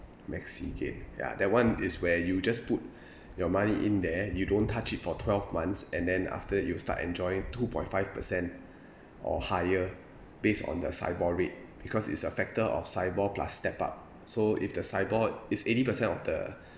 maxigain ya that one is where you just put your money in there you don't touch it for twelve months and then after it you'll start enjoying two point five percent or higher based on the sibor rate because it's a factor of sibor plus step-up so if the sibor is eighty percent of the